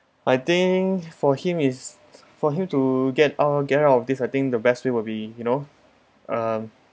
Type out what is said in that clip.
I think for him is for him to get out get out of this I think the best way will be you know um